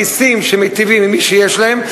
מסים שמיטיבים עם מי שיש להם,